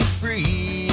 free